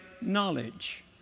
knowledge